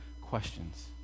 questions